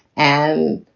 and,